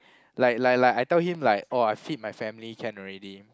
like like like I tell him like oh I feed my family can already